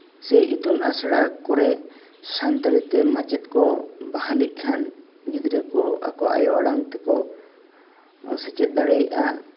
ᱥᱮ ᱤᱛᱩᱱ ᱟᱥᱲᱟ ᱠᱚᱨᱮᱜ ᱥᱟᱱᱛᱟᱞᱤᱛᱮ ᱢᱟᱪᱮᱫ ᱠᱚ ᱵᱟᱦᱟᱞᱤᱜ ᱠᱷᱟᱱ ᱜᱤᱫᱽᱨᱟᱹ ᱠᱚ ᱟᱠᱚᱣᱟᱜ ᱟᱭᱳ ᱟᱲᱟᱝ ᱛᱮᱠᱚ ᱥᱮᱪᱮᱫ ᱫᱟᱲᱮᱭᱟᱜᱼᱟ